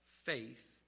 Faith